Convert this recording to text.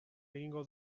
egingo